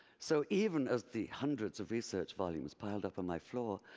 so even as the hundreds of research volumes piled up on my floor,